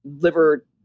liver